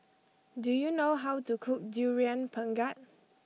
do you know how to cook Durian Pengat